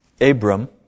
Abram